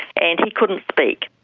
and he couldn't speak.